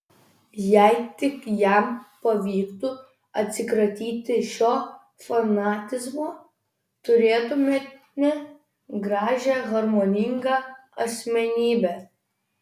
jei tik jam pavyktų atsikratyti šio fanatizmo turėtumėme gražią harmoningą asmenybę